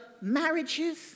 marriages